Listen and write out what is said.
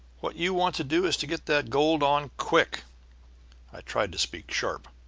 what you want to do is to get that gold on quick i tried to speak sharp.